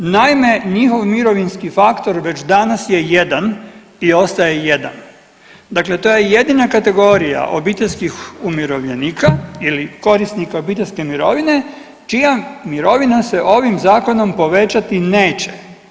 Naime, njihov mirovinski faktor već danas je jedan i ostaje jedan, dakle to je jedina kategorija obiteljskih umirovljenika ili korisnika obiteljske mirovine čija mirovina se ovim zakonom povećati neće.